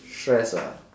stress ah